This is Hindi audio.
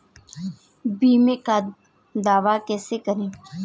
बीमे का दावा कैसे करें?